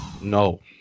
No